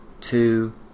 two